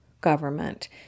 government